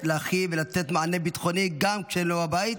להכיל ולתת מענה ביטחוני גם כשהם לא בבית,